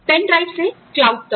pen drive से cloud तक